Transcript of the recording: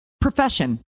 profession